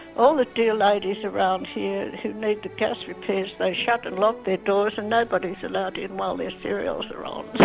all the dear ladies around here who need the gas repairs, they shut and lock their doors and nobody's allowed in while their serials are on.